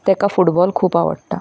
ताका फुटबॉल खूब आवडटा